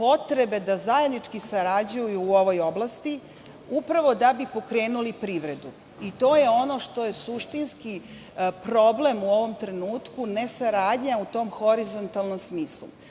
potrebe da zajednički sarađuju u ovoj oblasti upravo da bi pokrenuli privredu i to je ono što je suštinski problem u ovom trenutku – ne saradnja u tom horizontalnom smislu.S